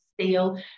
steel